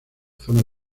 zona